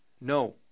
No